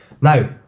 Now